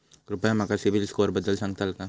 कृपया माका सिबिल स्कोअरबद्दल सांगताल का?